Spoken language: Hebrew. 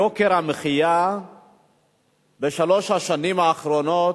יוקר המחיה בשלוש השנים האחרונות,